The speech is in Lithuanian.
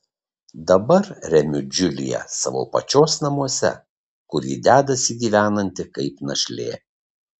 dabar remiu džiuliją savo pačios namuose kur ji dedasi gyvenanti kaip našlė